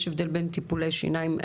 יש הבדל בין טיפולי שיניים,